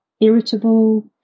irritable